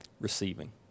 receiving